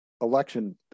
election